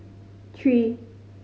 three